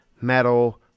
metal